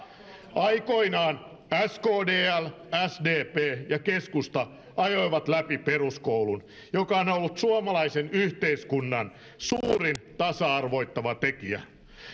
aikoinaan skdl sdp ja keskusta ajoivat läpi peruskoulun joka on ollut suomalaisen yhteiskunnan suurin tasa arvottava tekijä